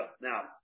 now